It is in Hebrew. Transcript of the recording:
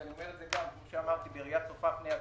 ואני אומר את זה גם בראייה צופה פני עתיד,